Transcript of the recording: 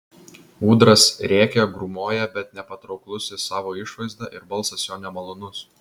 ūdras rėkia grūmoja bet nepatrauklus jis savo išvaizda ir balsas jo nemalonus